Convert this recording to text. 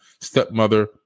stepmother